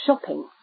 shopping